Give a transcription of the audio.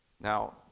Now